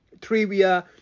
trivia